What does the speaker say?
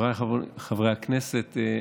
חבריי חברי הכנסת,